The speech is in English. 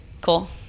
cool